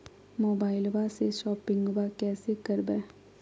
मोबाइलबा से शोपिंग्बा कैसे करबै?